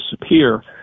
disappear